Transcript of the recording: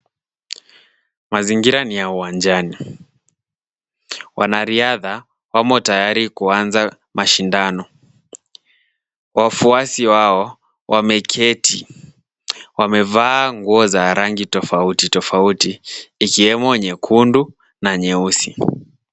Mazingira ni ya uwanjani. Wanariadha wamo tayari kuanza mashindano. Wafuasi wao wameketi. Wamevaa nguo za rangi tofauti tofauti ikiwemo nyekundu na nyeusi.